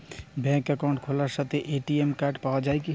ব্যাঙ্কে অ্যাকাউন্ট খোলার সাথেই এ.টি.এম কার্ড পাওয়া যায় কি?